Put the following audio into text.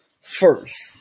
first